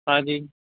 ਹਾਂਜੀ